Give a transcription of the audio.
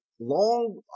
long